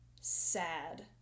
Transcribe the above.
sad